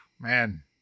man